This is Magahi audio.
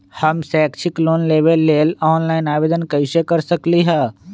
हम शैक्षिक लोन लेबे लेल ऑनलाइन आवेदन कैसे कर सकली ह?